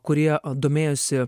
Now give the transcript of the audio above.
kurie a domėjosi